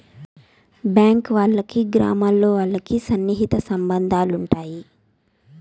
bank వాళ్ళకి గ్రామాల్లో వాళ్ళకి సన్నిహిత సంబంధాలు ఉంటాయి